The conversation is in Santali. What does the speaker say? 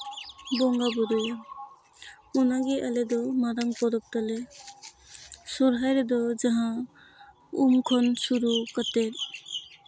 ᱵᱚᱸᱜᱟᱼᱵᱩᱨᱩᱭᱟ ᱚᱱᱟᱜᱮ ᱟᱞᱮ ᱫᱚ ᱢᱟᱨᱟᱝ ᱯᱚᱨᱚᱵᱽ ᱛᱟᱞᱮ ᱥᱚᱦᱚᱨᱟᱭ ᱨᱮᱫᱚ ᱡᱟᱦᱟᱸ ᱩᱢ ᱠᱷᱚᱱ ᱥᱩᱨᱩ ᱠᱟᱛᱮᱫ